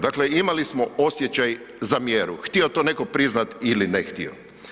Dakle, imali smo osjećaj za mjeru htio to neko priznat ili ne htio.